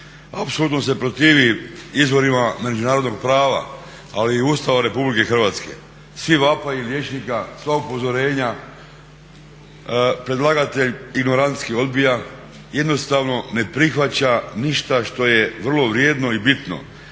apsolutno se protivi izvorima međunarodno prava ali i Ustava RH. Svi vapaji liječnika, sva upozorenja predlagatelj ignorantski odbija, jednostavno ne prihvaća ništa što je vrlo vrijedno i bitno.